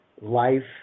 life